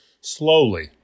slowly